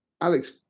Alex